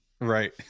Right